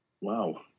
Wow